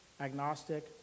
agnostic